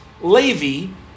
levy